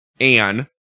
Anne